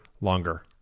longer